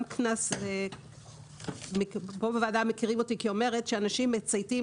כאן בוועדה מכירים אותי כאומרת שאנשים מצייתים